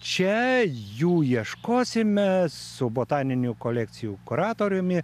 čia jų ieškosime su botaninių kolekcijų kuratoriumi